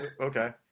Okay